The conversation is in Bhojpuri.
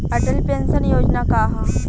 अटल पेंशन योजना का ह?